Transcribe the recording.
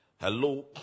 Hello